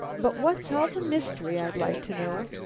but what's all the mystery, i'd like to know?